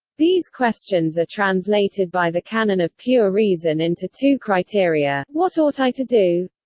these questions are translated by the canon of pure reason into two criteria what ought i to do?